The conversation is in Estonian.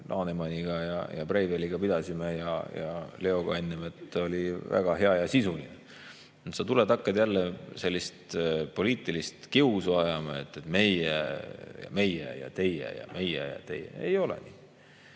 Lanemani ja Breiveliga pidasime ja enne ka Leoga, oli väga hea ja sisuline. Nüüd sa tuled ja hakkad jälle sellist poliitilist kiusu ajama, et meie ja teie ja meie ja teie. Ei ole nii!